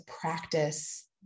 practice